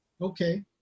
Okay